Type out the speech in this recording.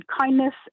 kindness